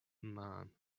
mom